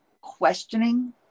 questioning